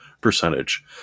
percentage